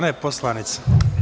ne poslanica.